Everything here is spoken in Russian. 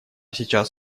сейчас